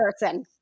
person